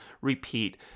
repeat